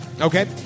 Okay